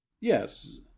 yes